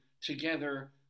together